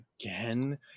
again